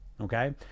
okay